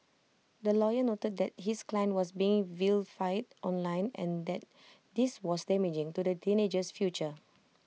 the lawyer noted that his client was being vilified online and that this was damaging to the teenager's future